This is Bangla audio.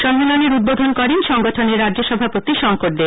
সম্মেলনের উদ্বোধন করেন সংগঠনের রাজ্য সভাপতি শংকর দেব